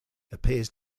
appears